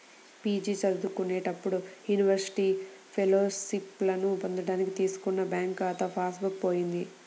PG చదువుకునేటప్పుడు university ఫెలోషిప్పులను పొందడానికి తీసుకున్న బ్యాంకు ఖాతా పాస్ బుక్ పోయింది